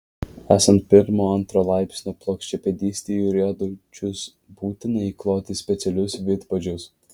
esant pirmo antro laipsnio plokščiapėdystei į riedučius būtina įkloti specialius vidpadžius